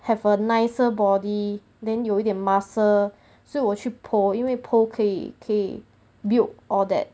have a nicer body then 有一点 muscle 所以我去 pole 因为 pole 可以可以 build all that